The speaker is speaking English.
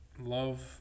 love